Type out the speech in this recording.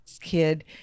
kid